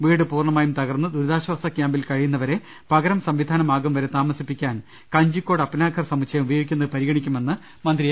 വീട് പൂർണമായും തകർന്ന് ദുരിതാശ്വാസ ക്യാമ്പിൽ കഴിയുന്നവരെ പകരം സംവിധാനം ആകും ്വരെ താമസിപ്പിക്കാൻ കഞ്ചിക്കോട് അപ്നാ ഗർസമുച്ചയം ഉപയോഗിക്കുന്നത് പരിഗണിക്കുമെന്ന് മന്ത്രി എ